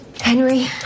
Henry